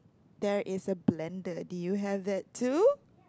there is a blender do you have that too